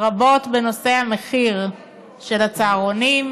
בנושא המחיר של הצהרונים,